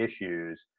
issues